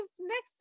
next